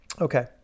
Okay